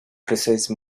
precise